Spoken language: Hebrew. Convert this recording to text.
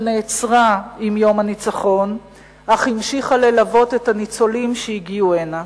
שנעצרה עם יום הניצחון אך המשיכה ללוות את הניצולים שהגיעו הנה.